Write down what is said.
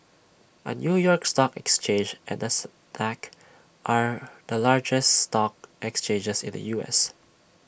the new york stock exchange and Nasdaq are the largest stock exchanges in the U S